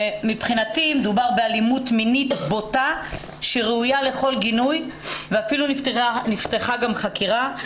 מבחינתי מדובר באלימות מינית בוטה שראויה לכל גינוי ואפילו נפתחה חקירה.